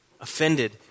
Offended